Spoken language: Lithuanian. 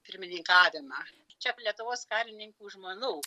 pirmininkavimą čia lietuvos karininkų žmonų